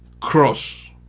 cross